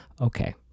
Okay